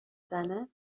زنه